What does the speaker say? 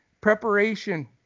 preparation